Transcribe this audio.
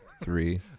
three